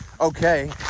okay